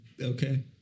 okay